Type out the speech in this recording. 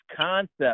concept